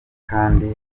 kandi